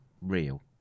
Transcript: real